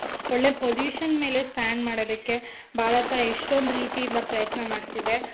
ಒಳ್ಳೆಯ ಪೊಸಿಷನ್ ಮೇಲೆ ಸ್ಟ್ಯಾಂಡ್ ಮಾಡೋದಕ್ಕೆ ಭಾರತ ಎಷ್ಟೊಂದು ರೀತಿಯಿಂದ ಪ್ರಯತ್ನ ಮಾಡ್ತಿದೆ